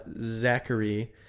Zachary